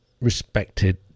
respected